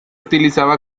utilizaba